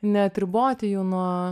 neatriboti jų nuo